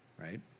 right